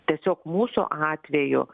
tiesiog mūsų atveju